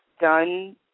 done